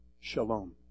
Shalom